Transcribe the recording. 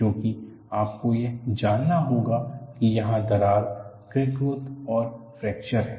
क्योंकि आपको यह जानना होगा कि यहां दरार क्रैक ग्रोथ और फ्रैक्चर है